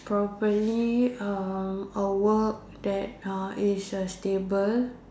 probably uh a work that uh is uh stable